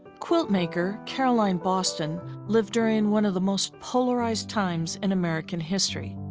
quiltmaker caroline boston lived during one of the most polarized times in american history.